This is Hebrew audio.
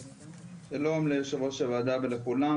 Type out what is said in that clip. שלום ליושבת ראש הוועדה ולכולם.